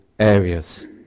areas